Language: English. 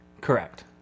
Correct